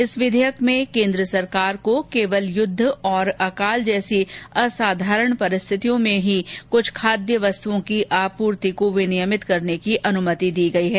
इस विधेयक में केन्द्र सरकार को केवल युद्ध और अकाल जैसी असाधारण परिस्थितियों में ही कुछ खाद्य वस्तुओं की आपूर्ति को विनियमित करने की अनुमति दी गई है